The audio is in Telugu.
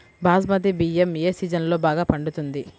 బాస్మతి బియ్యం ఏ సీజన్లో బాగా పండుతుంది?